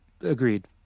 agreed